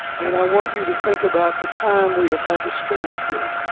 and i want you to think about the time we have had to spend here